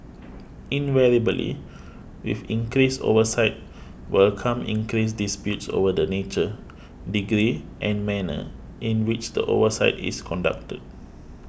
invariably with increased oversight will come increased disputes over the nature degree and manner in which the oversight is conducted